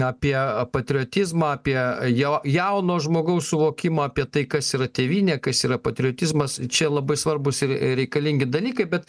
apie patriotizmą apie jo jauno žmogaus suvokimą apie tai kas yra tėvynė kas yra patriotizmas čia labai svarbus ir reikalingi dalykai bet